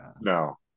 No